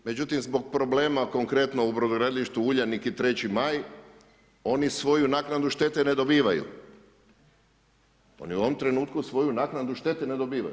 Međutim, zbog problema konkretno u Brodogradilištu Uljanik i 3. Maj, oni svoju naknadu štete ne dobivaju, oni u ovom trenutku svoju naknadu štete ne dobivaju.